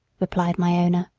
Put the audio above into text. replied my owner.